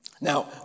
Now